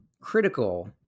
critical